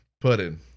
Pudding